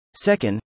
Second